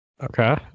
Okay